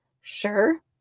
sure